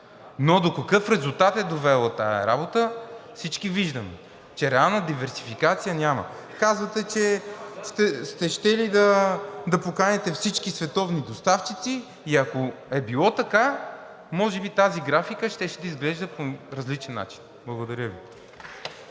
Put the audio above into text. до какъв резултат е довела тази работа? Всички виждаме, че реална диверсификация няма. Казвате, че сте щели да поканите всички световни доставчици и ако е било така, може би тази графика щеше да изглежда по различен начин. Благодаря Ви.